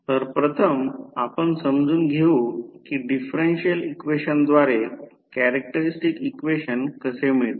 तर प्रथम आपण समजून घेऊ की डिफरेन्शिअल इक्वेशनद्वारे कॅरेक्टरस्टिक्स इक्वेशन कसे मिळते